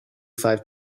five